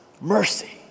mercy